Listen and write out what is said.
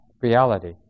reality